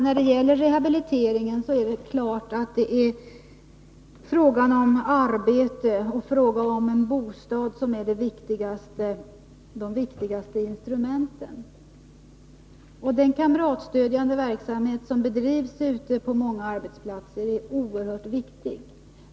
Fru talman! För rehabilitering är självfallet frågorna om arbete och bostad de viktigaste. Den kamratstödjande verksamhet som bedrivs på många arbetsplatser är oerhört viktig.